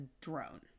drone